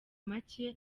make